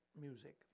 music